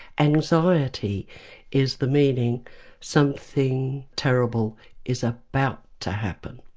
anxiety is the meaning something terrible is about to happen.